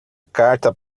carta